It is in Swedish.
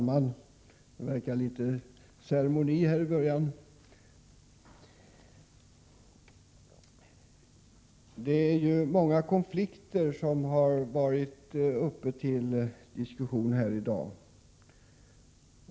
Herr talman! Många konflikter har varit uppe till diskussion i dag.